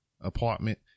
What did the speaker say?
apartment